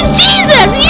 jesus